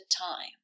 time